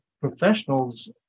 professionals